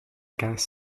gas